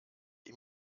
ihm